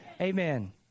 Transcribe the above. Amen